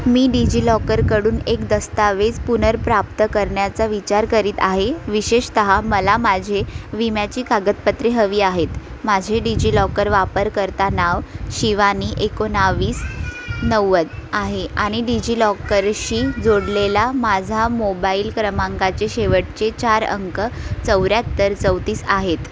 मी डिजिलॉकरकडून एक दस्तऐवज पुनर्प्राप्त करण्याचा विचार करीत आहे विशेषतः मला माझे विम्याची कागदपत्रे हवी आहेत माझे डिजिलॉकर वापरकर्ता नाव शिवानी एकोणवीस नव्वद आहे आणि डिजिलॉकरशी जोडलेला माझा मोबाईल क्रमांकाचे शेवटचे चार अंक चौऱ्याहत्तर चौतीस आहेत